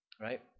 right